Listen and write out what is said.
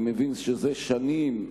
אני מבין שזה שנים,